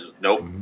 Nope